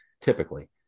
typically